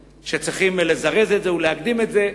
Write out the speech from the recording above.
שצריך לזרז את זה ולהקדים את זה,